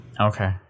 Okay